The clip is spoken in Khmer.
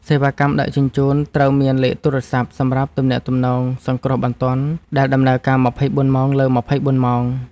សេវាកម្មដឹកជញ្ជូនត្រូវមានលេខទូរស័ព្ទសម្រាប់ទំនាក់ទំនងសង្គ្រោះបន្ទាន់ដែលដំណើរការ ២៤ ម៉ោងលើ ២៤ ម៉ោង។